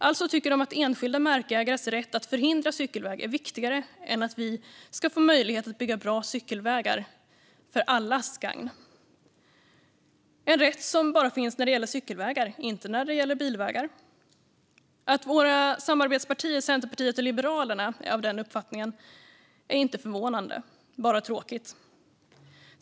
Alltså tycker de att enskilda markägares rätt att förhindra cykelväg är viktigare än att vi ska få möjlighet att bygga bra cykelvägar till allas gagn. Detta är en rätt som bara finns när det gäller cykelvägar - inte när det gäller bilvägar. Att våra samarbetspartier Centerpartiet och Liberalerna är av den uppfattningen är inte förvånande, bara tråkigt.